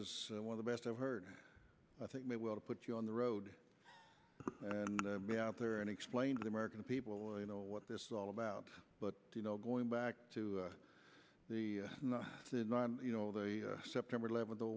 is one of the best i've heard i think they will put you on the road and be out there and explain to the american people you know what this is all about but you know going back to the you know the september eleventh the